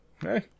hey